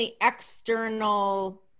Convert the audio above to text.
external